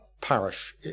parish